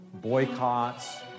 boycotts